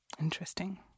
Interesting